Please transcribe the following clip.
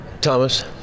Thomas